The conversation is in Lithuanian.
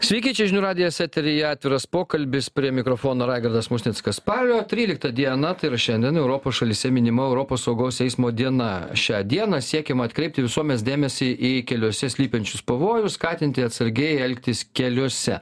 sveiki čia žinių radijas eteryje atviras pokalbis prie mikrofono raigardas musnickas spalio tryliktą dieną tai yra šiandien europos šalyse minima europos saugaus eismo diena šią dieną siekiama atkreipti visuomenės dėmesį į keliuose slypinčius pavojus skatinti atsargiai elgtis keliuose